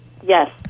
Yes